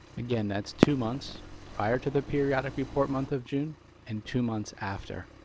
again, that's two months prior to the periodic report month of june and two months after.